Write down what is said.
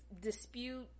dispute